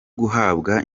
guhabwa